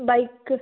bike